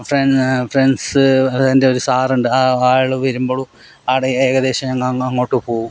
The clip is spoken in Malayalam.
ഫ്രാ ഫ്രണ്ട്സ് അത് എൻ്റെ ഒരു സാറുണ്ട് അയാൾ വരുമ്പോഴും ആടെ ഏകദേശം ഞാനൊന്ന് അങ്ങോട്ടു പോകും